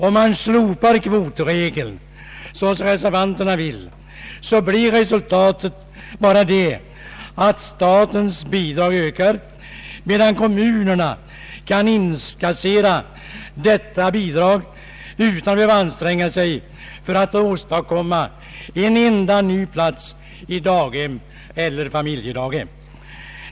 Om man slopar kvotregeln såsom reservanterna vill, blir resultatet bara att statens bidrag ökar medan kommunerna kan inkassera detta bidrag utan att behöva anstränga sig för att åstadkomma en enda ny plats i daghem eller familjedaghem.